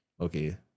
Okay